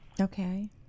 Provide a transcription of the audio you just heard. Okay